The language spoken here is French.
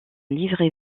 livrée